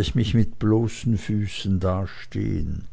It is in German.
ich mich mit bloßen füßen dastehen